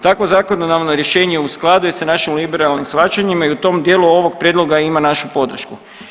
Takvo zakonodavno rješenje u skladu je sa našim liberalnim shvaćanjima i u tom dijelu ovog prijedloga ima našu podršku.